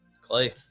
Clay